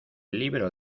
libro